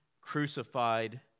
crucified